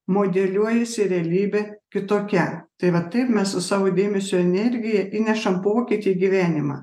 modeliuojasi realybė kitokia tai va taip mes su savo dėmesio energija įnešam pokytį į gyvenimą